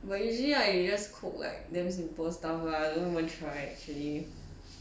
but usually I just cook like damn simple stuff lah don't even try actually